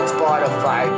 Spotify